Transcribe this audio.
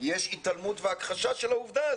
- יש התעלמות והכחשה של העובדה הזאת.